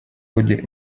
ходе